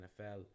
NFL